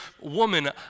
woman